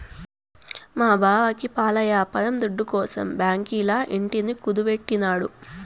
మా బావకి పాల యాపారం దుడ్డుకోసరం బాంకీల ఇంటిని కుదువెట్టినాడు